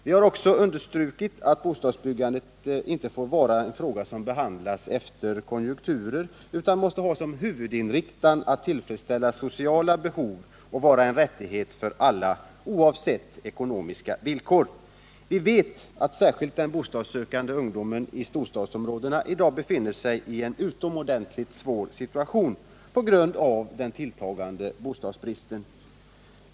Vi har också understrukit att bostadsbyggandet inte får vara en fråga som behandlas efter konjunkturerna utan måste ha som huvudinriktning att tillfredsställa sociala behov och att bostaden skall vara en rättighet för alla, oavsett ekonomiska villkor. Vi vet att särskilt den bostadssökande ungdomen istorstadsområdena i dag befinner sig i en utomordentligt svår situation på grund av den tilltagande bostadsbristen.